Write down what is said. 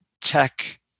tech